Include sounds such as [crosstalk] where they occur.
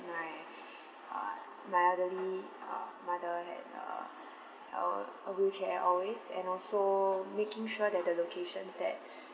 my [breath] uh my elderly uh mother had a a a wheelchair always and also making sure that the location that